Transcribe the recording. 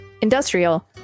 Industrial